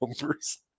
numbers